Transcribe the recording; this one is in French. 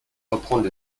reprendre